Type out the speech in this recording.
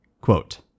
Quote